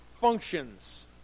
functions